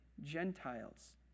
Gentiles